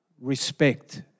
respect